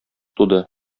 туды